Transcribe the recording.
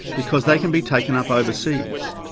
because they can be taken up overseas.